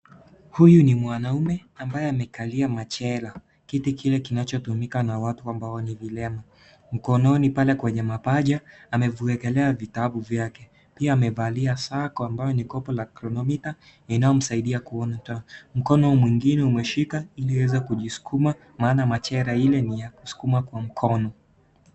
Huyu ni mwanaume ambaye amekalia machela, kiti kile kina cho tumika na watu ambao ni vilema mkononi pale kwenye mapaja ameviwekelea vitabu vyake pia amevalia saa ambao ni kobo la cronomiter inayomsaidia kuona mkono mwingine umeshika ili aweze kujisukuma maana machela ile ni ya kusukuma kwa mkono.